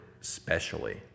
specially